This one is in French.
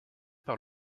par